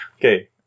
Okay